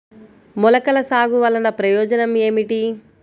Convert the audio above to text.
మొలకల సాగు వలన ప్రయోజనం ఏమిటీ?